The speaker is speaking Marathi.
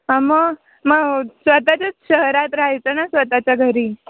हा मग मग स्वतःच्याच शहरात राहायचं ना स्वतःच्या घरी